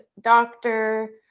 doctor